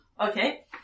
Okay